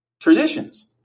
traditions